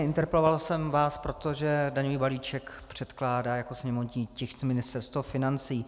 Interpeloval jsem vás, protože daňový balíček předkládá jako sněmovní tisk Ministerstvo financí.